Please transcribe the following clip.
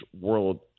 world